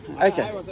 Okay